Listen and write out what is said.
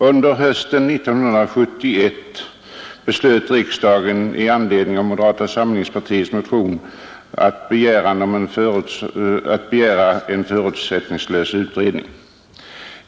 Under hösten 1971 beslöt riksdagen i anledning av en moderata samlingspartiets motion att begära en förutsättningslös utredning.